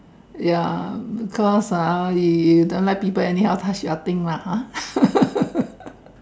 ya because ah you you don't like people anyhow touch your thing lah ha